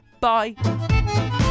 Bye